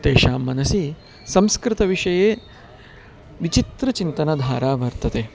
तेषां मनसि संस्कृतविषये विचित्र चिन्तनधारा वर्तते